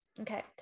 Okay